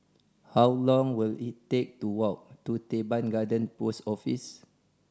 how long will it take to walk to Teban Garden Post Office